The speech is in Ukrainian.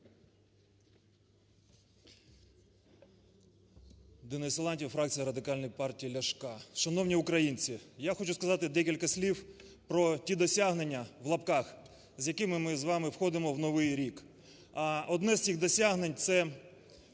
Денис Силантьєв, фракція Радикальної партії Ляшка. Шановні українці, я хочу сказати декілька слів про ті досягнення, в лапках, з якими ми з вами входимо в новий рік. А одне з цих досягнень, це